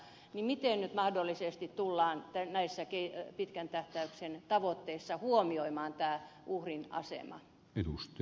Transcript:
miten mahdollisesti tullaan näissä pitkän tähtäyksen tavoitteissa huomioimaan uhrin asema